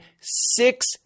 six